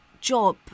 job